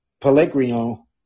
Pellegrino